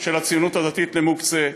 של הציונות הדתית למוקצה.